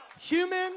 human